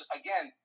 again